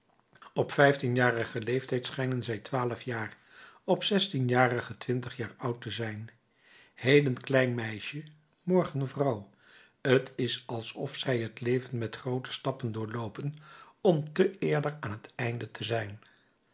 op vijftienjarigen leeftijd schijnen zij twaalf jaar op zestienjarigen twintig jaar oud te zijn heden klein meisje morgen vrouw t is alsof zij het leven met groote stappen doorloopen om te eerder aan het einde te zijn